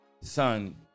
son